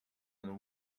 and